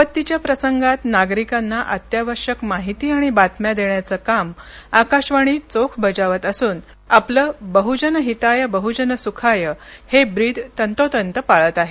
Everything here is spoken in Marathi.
आपत्तीच्या प्रसंगात नागरिकांना अत्यावश्यक माहिती आणि बातम्या देण्याचं काम आकाशवाणी चोख बजावत आपलं बह्जन हिताय बह्जन सुखाय हे ब्रीद आकाशवाणी तंतोतंत पाळत आहे